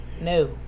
No